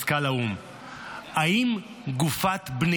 בז'נבה ופנתה למזכ"ל האו"ם אנטוניו גוטרש,